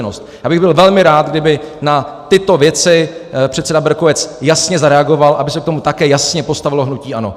Já bych byl velmi rád, kdyby na tyto věci předseda Berkovec jasně zareagoval, aby se k tomu také jasně postavilo hnutí ANO.